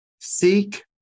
Seek